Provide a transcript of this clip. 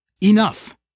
Enough